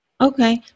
Okay